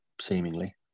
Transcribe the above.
Seemingly